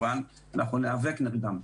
אנחנו ניאבק נגדם.